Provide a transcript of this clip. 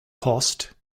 cost